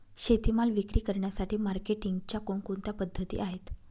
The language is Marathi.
शेतीमाल विक्री करण्यासाठी मार्केटिंगच्या कोणकोणत्या पद्धती आहेत?